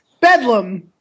Bedlam